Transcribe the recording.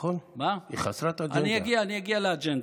אני אגיע לאג'נדה.